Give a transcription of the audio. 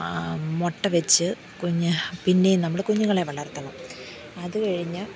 മുട്ട വച്ചു കുഞ്ഞ് പിന്നേ നമ്മൾ കുഞ്ഞുുകളെ വളർത്തണം അത് കഴിഞ്ഞു